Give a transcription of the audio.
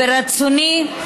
ברצוני,